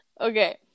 Okay